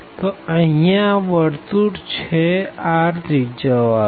તો અહિયાં આ સર્કલ છે r રેડીઅસ વારુ